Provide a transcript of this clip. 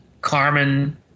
Carmen